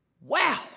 Wow